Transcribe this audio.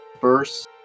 first